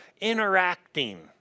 Interacting